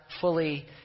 fully